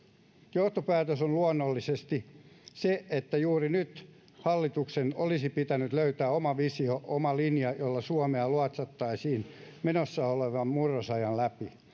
johtopäätös on luonnollisesti se että juuri nyt hallituksen olisi pitänyt löytää oma visio oma linja jolla suomea luotsattaisiin menossa olevan murrosajan läpi